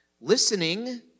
Listening